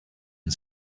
and